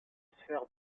sphère